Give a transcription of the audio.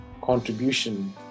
contribution